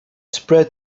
spread